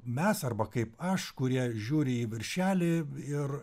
mes arba kaip aš kurie žiūri į viršelį ir